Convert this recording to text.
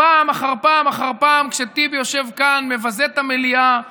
פעם אחר פעם אחר פעם כשטיבי יושב כאן זה מבזה את המליאה ומבזה,